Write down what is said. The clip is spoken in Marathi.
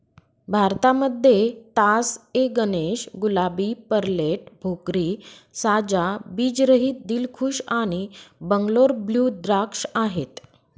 भारतामध्ये तास ए गणेश, गुलाबी, पेर्लेट, भोकरी, साजा, बीज रहित, दिलखुश आणि बंगलोर ब्लू द्राक्ष आहेत